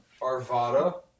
Arvada